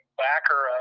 backer